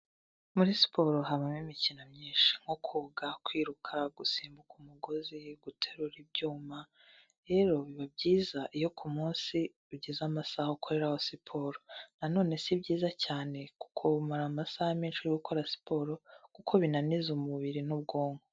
Muri siporo habamo imikino myinshi: nko koga, kwiruka, gusimbuka umugozi, guterura ibyuma, rero biba byiza iyo ku munsi ugize amasaha ukoreraho siporo. Na none si byiza cyane kumara amasaha menshi uri gukora siporo kuko binaniza umubiri n'ubwonko.